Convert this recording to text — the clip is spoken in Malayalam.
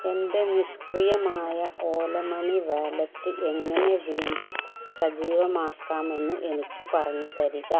എൻ്റെ നിഷ്ക്രിയമായ ഓല മണി വാലറ്റ് എങ്ങനെ വീണ്ടും സജീവമാക്കാമെന്ന് എനിക്ക് പറഞ്ഞുതരിക